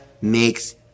makes